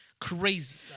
crazy